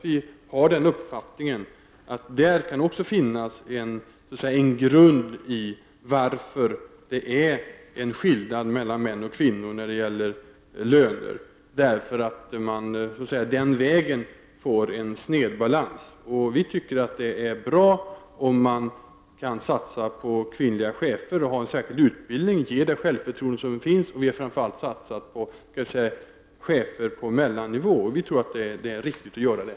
Vi har uppfattningen att det även där kan finnas en orsak till att det är skillnad mellan män och kvinnor i fråga om löner. Man får den vägen en snedbalans. Vi tycker att det är bra om man kan satsa på kvinnliga chefer, ge kvinnorna en särskild utbildning och det självförtroende som behövs. Vi har framför allt satsat på chefer på mellannivå. Vi tror att det är riktigt att göra det.